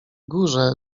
górze